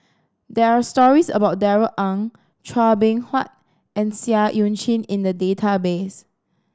there are stories about Darrell Ang Chua Beng Huat and Seah Eu Chin in the database